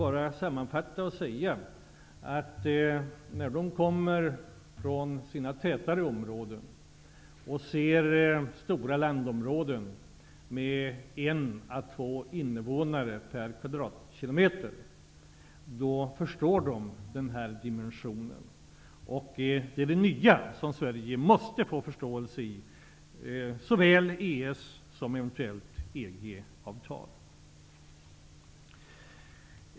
Jag kan sammanfatta med att säga, att när de kommer från sina tätare områden och ser stora landområden med 1 á 2 innevånare per kvadratkilometer förstår de denna dimension. Detta måste Sverige få förståelse för såväl inom EES som vid ett eventuellt EG-avtal.